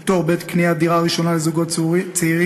פטור בעת קניית דירה ראשונה לזוגות צעירים),